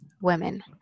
women